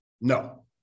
No